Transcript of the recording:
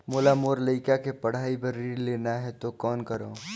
मोला मोर लइका के पढ़ाई बर ऋण लेना है तो कौन करव?